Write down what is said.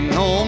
no